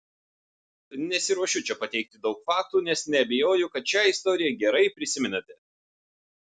nesiruošiu čia pateikti daug faktų nes neabejoju kad šią istoriją gerai prisimenate